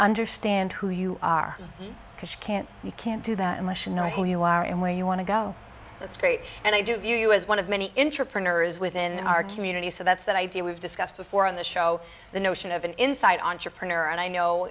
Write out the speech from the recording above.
understand who you are because you can't you can't do that unless you know who you are and where you want to go that's great and i do view you as one of many intrapreneur is within our community so that's that idea we've discussed before on the show the notion of an insight entrepreneur and i know